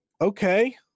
okay